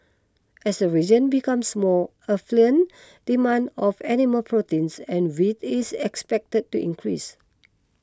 as the region becomes more affluent demand of animal proteins and wheat is expected to increase